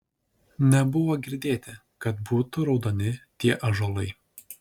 nebuvo girdėt kad būtų raudoni tie ąžuolai